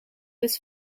was